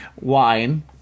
wine